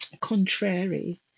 contrary